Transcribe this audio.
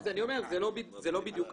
אז אני אומר, זה לא בדיוק המצב.